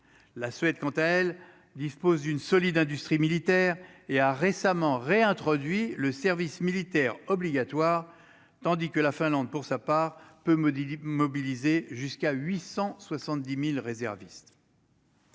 la Suède, quant à elle, dispose d'une solide industrie militaire et a récemment réintroduit le service militaire obligatoire, tandis que la Finlande pour sa part peu modifier mobiliser jusqu'à 870000 réservistes.